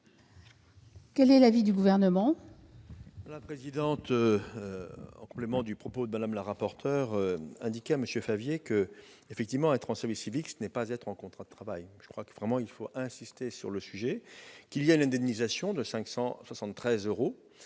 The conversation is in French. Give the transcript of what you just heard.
Quel est l'avis du Gouvernement ?